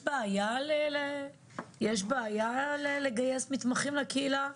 יש בעיה לגייס מתמחים לקהילה?